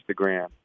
instagram